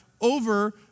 over